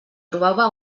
trobava